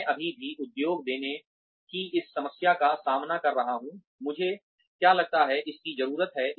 मैं अभी भी उद्योग देने की इस समस्या का सामना कर रहा हूँ मुझे क्या लगता है इसकी जरूरत है